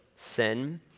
sin